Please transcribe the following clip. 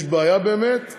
יש בעיה של